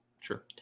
Sure